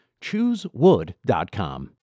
ChooseWood.com